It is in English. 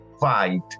fight